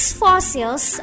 fossils